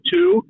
Two